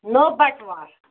نٔو بَٹہٕ وار